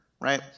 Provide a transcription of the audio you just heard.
right